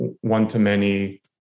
one-to-many